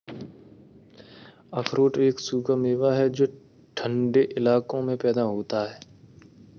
अखरोट एक सूखा मेवा है जो ठन्डे इलाकों में पैदा होता है